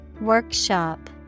Workshop